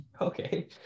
Okay